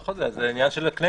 זה עניין של הכנסת.